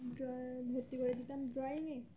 দেওয়াল ভর্তি করে দিতাম ড্রয়িং করে